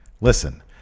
Listen